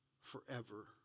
forever